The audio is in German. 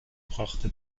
brachte